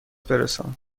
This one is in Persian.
برسان